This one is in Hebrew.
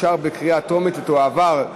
התשע"ד 2014,